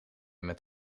met